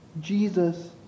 Jesus